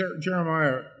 Jeremiah